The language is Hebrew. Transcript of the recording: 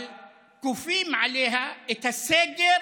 אבל כופים עליה את הסגר